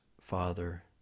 father